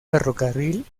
ferrocarril